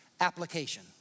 Application